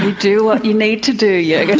do what you need to do yeah yeah